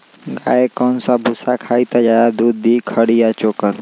गाय कौन सा भूसा खाई त ज्यादा दूध दी खरी या चोकर?